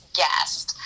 guest